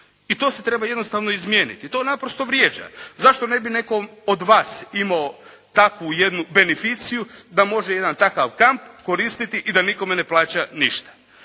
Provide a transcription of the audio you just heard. I to se treba jednostavno izmijeniti. To naprosto vrijeđa. Zašto ne bi nekome od vas imao takvu jednu beneficiju da može jedan takav kamp koristiti i da nikome ne plaća ništa?